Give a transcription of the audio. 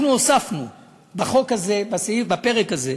אנחנו הוספנו בפרק הזה,